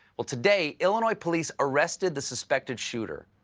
well, today, illinois police arrested the suspected shooter,